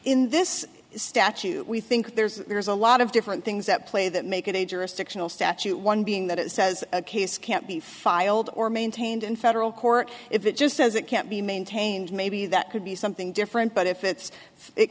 in this statute we think there's there's a lot of different things at play that make it a jurisdictional statute one being that it says a case can't be filed or maintained in federal court if it just says it can't be maintained maybe that could be something different but if it's i